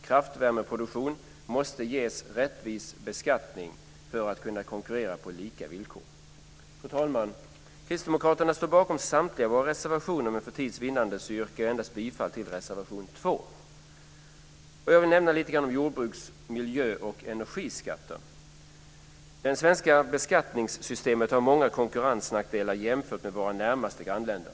Kraftvärmeproduktionen måste ges rättvis beskattning för att kunna konkurrera på lika villkor. Fru talman! Kristdemokraterna står bakom samtliga våra reservationer, men för tids vinnande yrkar jag bifall endast till reservation 2. Jag vill nämna lite grann om jordbrukets miljöoch energiskatter. Det svenska beskattningssystemet har många konkurrensnackdelar jämfört med våra närmaste grannländer.